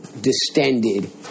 distended